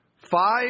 five